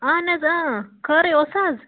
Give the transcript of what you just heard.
اَہَن حظ خٲرٕے اوس حظ